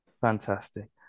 Fantastic